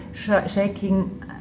shaking